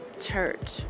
church